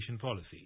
policy